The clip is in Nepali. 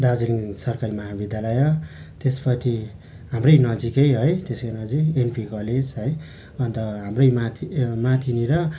दार्जिलिङ सरकारी महाविद्यालय त्यसपछि हाम्रै नजिकै है त्यसकै नजिक एनपी कलेज है अन्त हाम्रै माथि ए माथिनिर